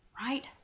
Right